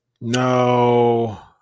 no